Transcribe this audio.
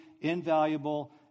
invaluable